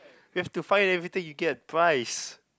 we've to find everything he get twice